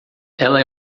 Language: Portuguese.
ela